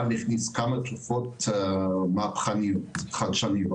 הסל הכניסו כמה תרופות מהפכניות וחדשניות